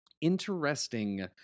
interesting